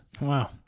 Wow